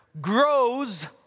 grows